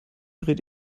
dreht